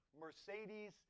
Mercedes